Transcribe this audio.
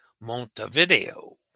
Montevideo